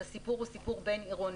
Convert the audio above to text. הסיפור הוא סיפור בין-עירוני,